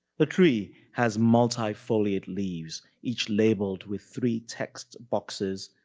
the tree has multifoliate leaves, each labeled with three text boxes,